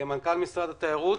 מנכ"ל משרד התיירות